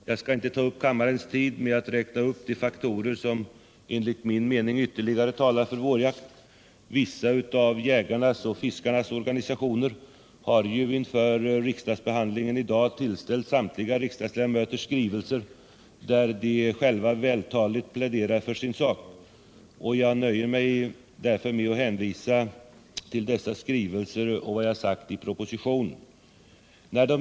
Jag skall inte ta upp kammarens tid med att räkna upp de faktorer som enligt min mening ytterligare talar för vårjakt. Vissa av jägarnas och fiskarnas organisationer har ju inför riksdagsbehandlingen i dag tillställt samtliga riksdagsledamöter skrivelser där de själva vältaligt pläderar för sin sak. Jag nöjer mig därför med att hänvisa till dessa skrivelser och vad jag sagt i propositionen.